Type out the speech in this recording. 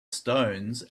stones